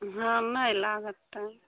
हँ नहि लागत टाइम